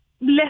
less